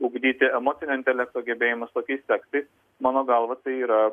ugdyti emocinio intelekto gebėjimus tokiais tekstais mano galva tai yra